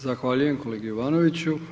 Zahvaljujem kolegi Jovanoviću.